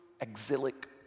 exilic